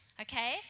Okay